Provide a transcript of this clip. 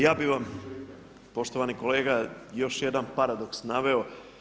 Ja bih vam poštovani kolega još jedan paradoks naveo.